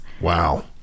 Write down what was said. Wow